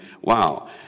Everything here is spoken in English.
Wow